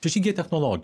šeši gie technologija